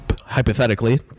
hypothetically